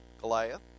Goliath